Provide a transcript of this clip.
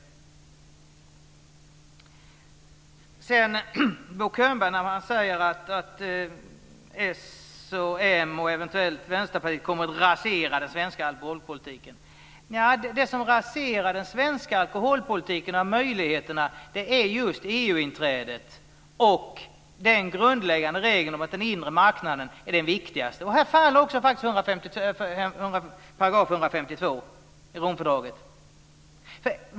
Bo Könberg säger att Socialdemokraterna, Moderaterna och eventuellt Vänsterpartiet kommer att rasera den svenska alkoholpolitiken. Det som raserar den svenska alkoholpolitiken är just EU-inträdet och den grundläggande regeln om att den inre marknaden är den viktigaste. Här faller faktiskt också § 152 i Romfördraget.